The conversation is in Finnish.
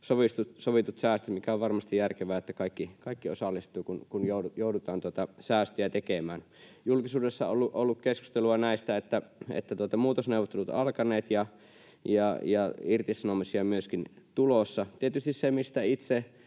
sovitut säästöt, missä on varmasti järkevää, että kaikki osallistuvat, kun joudutaan säästöjä tekemään. Julkisuudessa on ollut keskustelua, että muutosneuvottelut ovat alkaneet ja irtisanomisia on myöskin tulossa. Tietysti se, mistä itse